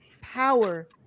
power